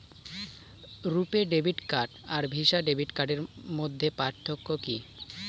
রূপে debit card আর Visa debit কার্ডের মধ্যে পার্থক্য কি?